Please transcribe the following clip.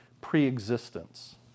pre-existence